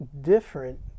different